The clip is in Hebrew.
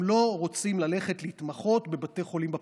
הם לא רוצים להתמחות בבתי חולים בפריפריה.